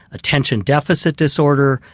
attention deficit disorder,